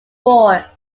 four